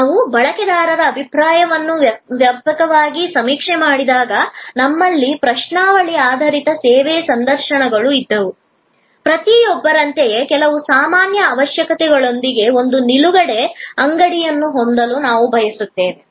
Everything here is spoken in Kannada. ನಾವು ಬಳಕೆದಾರರ ಅಭಿಪ್ರಾಯವನ್ನು ವ್ಯಾಪಕವಾಗಿ ಸಮೀಕ್ಷೆ ಮಾಡಿದಾಗ ನಮ್ಮಲ್ಲಿ ಪ್ರಶ್ನಾವಳಿ ಆಧಾರಿತ ಸೇವೆ ಸಂದರ್ಶನಗಳು ಇದ್ದವು ಪ್ರತಿಯೊಬ್ಬರಂತಹ ಕೆಲವು ಸಾಮಾನ್ಯ ಅವಶ್ಯಕತೆಗಳೊಂದಿಗೆ ಒಂದು ನಿಲುಗಡೆ ಅಂಗಡಿಯನ್ನು ಹೊಂದಲು ನಾವು ಬಯಸುತ್ತೇವೆ